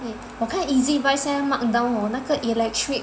我看 Ezbuy 现在 markdown hor 那个 electric